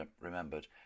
remembered